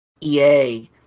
EA